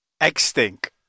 Extinct